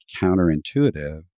counterintuitive